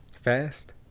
Fast